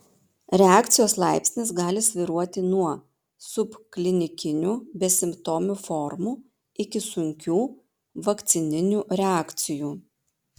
reakcijos laipsnis gali svyruoti nuo subklinikinių besimptomių formų iki sunkių vakcininių reakcijų